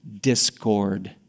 discord